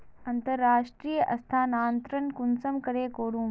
अंतर्राष्टीय स्थानंतरण कुंसम करे करूम?